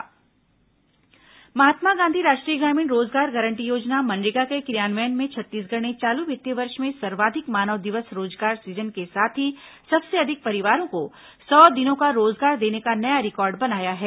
MNREGA record Mahatma Gandhi राष्ट्रीय ग्रामीण रोजगार गारंटी योजना मनरेगा के क्रियान्वयन में छत्तीसगढ़ ने चालू वित्तीय वर्ष में सर्वाधिक मानव दिवस रोजगार सुजन के साथ ही सबसे अधिक परिवारों को सौ दिनों का रोजगार देने का नया रिकॉर्ड बनाया है